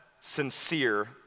sincere